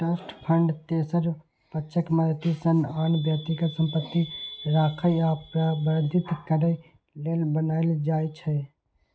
trust fund तेसर पक्षक मदति सं आन व्यक्तिक संपत्ति राखै आ प्रबंधित करै लेल बनाएल जाइ छै